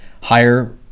higher